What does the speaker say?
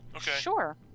Sure